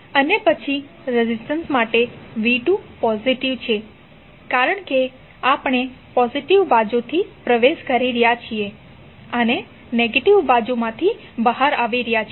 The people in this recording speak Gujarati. અને પછી રેઝિસ્ટન્સ માટે v2 પોઝિટીવ છે કારણ કે આપણે પોઝિટીવ બાજુથી પ્રવેશ કરી રહ્યા છીએ અને નેગેટીવ બાજુમાંથી બહાર આવી રહ્યા છીએ